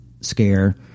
scare